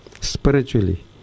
spiritually